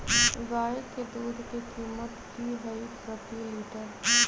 गाय के दूध के कीमत की हई प्रति लिटर?